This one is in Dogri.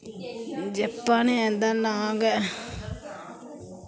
जप्पा ने आं इं'दा नांऽ गै